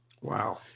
Wow